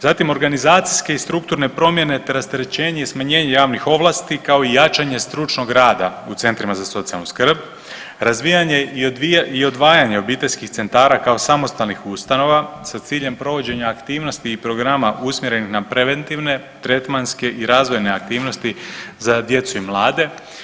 Zatim organizacijske i strukturne promjene te rasterećenje i smanjenje javnih ovlasti kao i jačanje stručnog rada u centrima za socijalnu skrb, razvijanje i odvajanje obiteljskih centara kao samostalnih ustanova sa ciljem provođenja aktivnosti i programa usmjerenih na preventivne, tretmanske i razvojne aktivnosti za djecu i mlade.